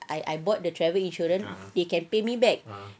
I I bought the travel insurance they can pay me back